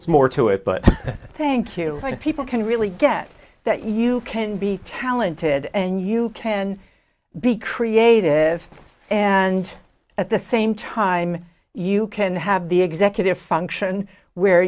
it's more to it but thank you i know people can really get that you can be talented and you can be creative and at the same time you can have the executive function where